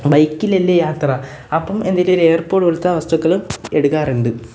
ബൈക്കിലല്ലേ യാത്ര അപ്പോള് എന്തേലുവൊര് എയര്പോട് പോലത്തെ വസ്തുക്കള് എടുക്കാറുണ്ട്